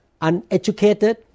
uneducated